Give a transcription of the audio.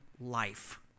life